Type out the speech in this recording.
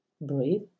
breathe